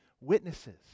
witnesses